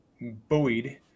buoyed